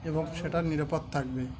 এবং সেটার নিরাপদ থাকবে